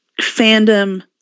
fandom